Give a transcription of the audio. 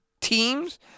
teams